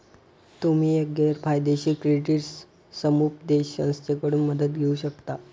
तुम्ही एक गैर फायदेशीर क्रेडिट समुपदेशन संस्थेकडून मदत घेऊ शकता